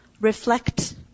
reflect